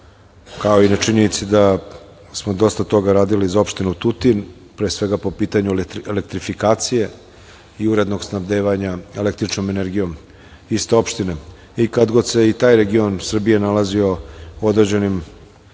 kao i na činjenici da smo dosta toga radili i za opštinu Tutin, pre svega po pitanju elektrifikacije i urednog snabdevanja električnom energijom iste opštine.I kad god se i taj region Srbije nalazio u određenim,